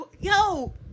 yo